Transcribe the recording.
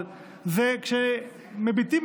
אבל כשמביטים,